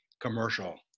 commercial